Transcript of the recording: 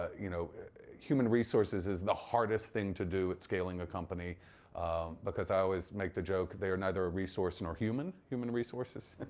you know human resources is the hardest thing to do at scaling a company because i always make the joke they are neither a resource nor human, human resources.